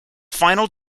final